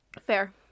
Fair